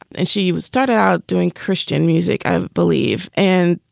and she would start out doing christian music, i believe. and,